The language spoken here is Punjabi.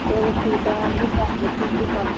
ਚਲੋ ਠੀਕ ਆ ਮੈਮ